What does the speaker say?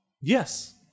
Yes